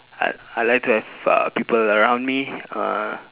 I I like to have uh people around me uh